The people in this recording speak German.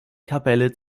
kapelle